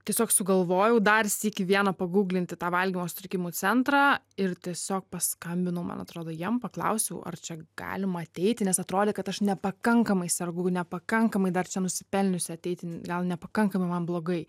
tiesiog sugalvojau dar sykį vieną paguglinti tą valgymo sutrikimų centrą ir tiesiog paskambinau man atrodo jiem paklausiau ar čia galima ateiti nes atrodė kad aš nepakankamai sergu nepakankamai dar čia nusipelniusi ateiti gal nepakankamai man blogai